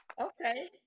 Okay